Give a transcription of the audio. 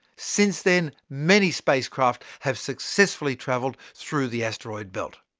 since then, many spacecraft have successfully travelled through the asteroid belt.